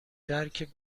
درک